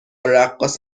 رقاص